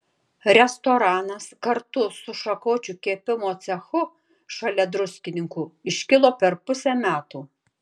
restoranas kartu su šakočių kepimo cechu šalia druskininkų iškilo per pusę metų